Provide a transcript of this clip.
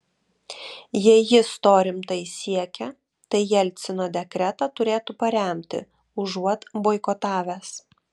jei jis to rimtai siekia tai jelcino dekretą turėtų paremti užuot boikotavęs